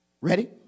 Ready